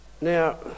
Now